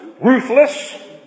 ruthless